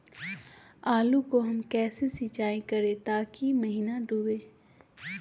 आलू को हम कैसे सिंचाई करे ताकी महिना डूबे?